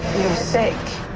sick